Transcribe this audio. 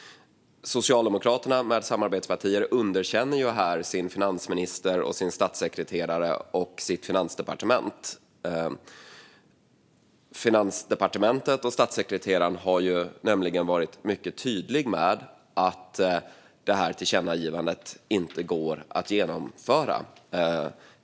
Socialdemokraterna med samarbetspartier underkänner sin finansminister, sin statssekreterare och sitt finansdepartement. Finansdepartementet och statssekreteraren har nämligen varit mycket tydliga med att tillkännagivandet inte går att genomföra.